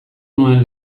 nuen